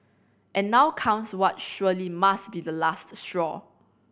and now comes what surely must be the last straw